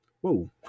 Whoa